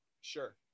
Sure